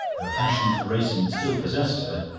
her passion for racing still possessed her,